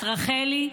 את רחלי,